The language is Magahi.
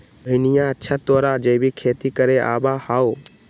रोहिणीया, अच्छा तोरा जैविक खेती करे आवा हाउ?